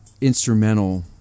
instrumental